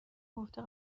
گفته